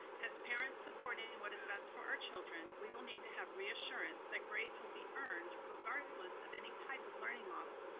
as parents supporting and what is best for our children, we will need to have reassurance that grades will be earned regardless of any type of learning model,